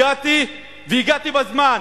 הגעתי, והגעתי בזמן,